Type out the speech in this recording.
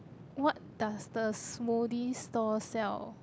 what does the smoothie stall sell